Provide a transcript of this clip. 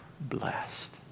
blessed